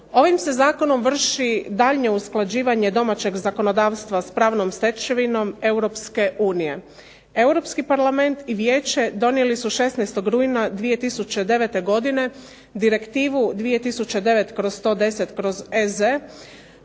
Ovim se Zakonom vrši daljnje usklađivanje domaćeg zakonodavstva s pravnom stečevinom Europske unije. Europski parlament i vijeće donijeli su 16. rujna 2009. godine direktivu 2009/110/EZ